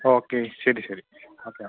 okay ശരി ശരി okay